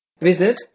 Visit